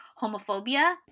homophobia